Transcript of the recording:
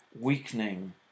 weakening